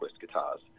Guitars